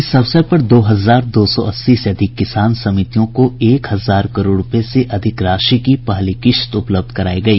इस अवसर पर दो हजार दो सौ अस्सी से अधिक किसान समितियों को एक हजार करोड़ रूपये से अधिक राशि की पहली किश्त उपलब्ध कराई गई